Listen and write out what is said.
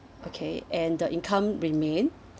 okay and the income remained